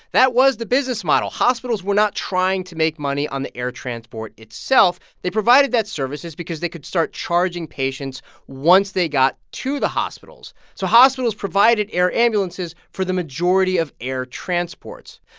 that was the business model. hospitals were not trying to make money on the air transport itself. they provided that service because they could start charging patients once they got to the hospitals. so hospitals provided air ambulances for the majority of air transports.